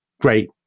great